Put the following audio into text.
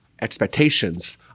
expectations